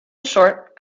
short